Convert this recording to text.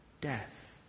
death